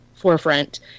forefront